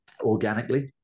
organically